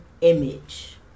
image